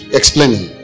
explaining